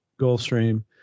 Gulfstream